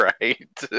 right